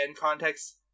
context-